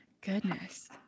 Goodness